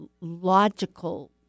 logical